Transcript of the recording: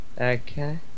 Okay